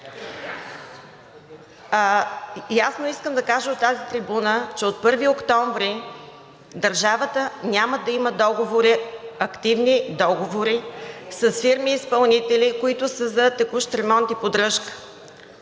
Ясно искам да кажа от тази трибуна, че от 1 октомври държавата няма да има активни договори с фирми изпълнители за текущ ремонт и поддръжка,